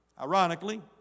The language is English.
Ironically